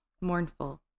Mournful